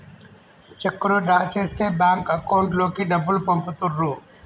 చెక్కును డ్రా చేస్తే bank account లోకి డబ్బులు పంపుతుర్రు